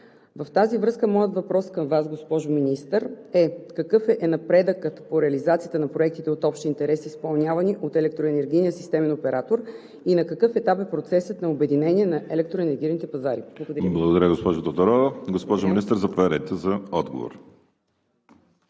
В тази връзка моят въпрос към Вас, госпожо Министър, е: какъв е напредъкът по реализацията на проектите от общ интерес, изпълнявани от Електроенергийния системен оператор и на какъв етап е процесът на обединение на електроенергийните пазари? Благодаря. ПРЕДСЕДАТЕЛ ВАЛЕРИ СИМЕОНОВ: Благодаря, госпожо Тодорова. Госпожо Министър, заповядайте за отговор.